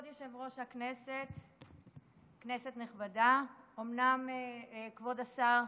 1158. כבוד יושב-ראש הכנסת, כנסת נכבדה, כבוד השר,